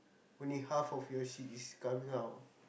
only half of your shit is coming out